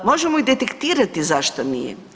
Možemo i detektirati zašto nije.